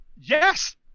Yes